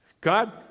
God